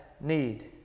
need